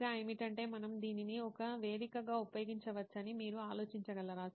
ఇంకా ఏమిటంటే మనము దీనిని ఒక వేదికగా ఉపయోగించవచ్చని మీరు ఆలోచించగలరా